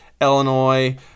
Illinois